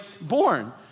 born